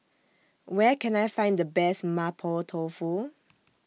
Where Can I Find The Best Mapo Tofu